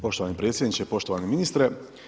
Poštovani predsjedniče, poštovani ministre.